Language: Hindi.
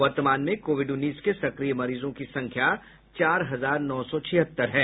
वर्तमान में कोविड उन्नीस के सक्रिय मरीजों की संख्या चार हजार नौ सौ छिहत्तर है